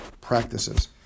practices